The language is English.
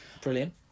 Brilliant